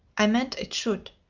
i meant it should.